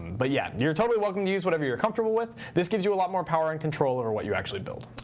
but yeah, you're totally welcome to use whatever you're comfortable with. this gives you a lot more power and control over what you actually build.